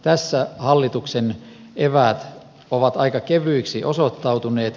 tässä hallituksen eväät ovat aika kevyiksi osoittautuneet